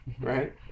Right